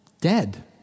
dead